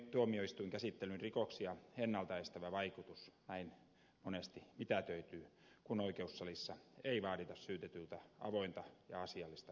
tuomioistuinkäsittelyn rikoksia ennalta estävä vaikutus näin monesti mitätöityy kun oikeussalissa ei vaadita syytetyltä avointa ja asiallista esiintymistä